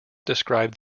described